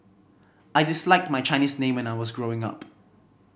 I disliked my Chinese name when I was growing up